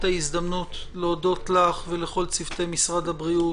ההזדמנות להודות לך ולכל צוותי משרד הבריאות,